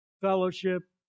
fellowship